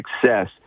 success